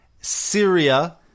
Syria